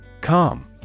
Calm